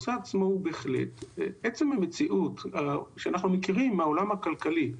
עצם המציאות שאנחנו מכירים מהעולם הכלכלי,